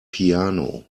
piano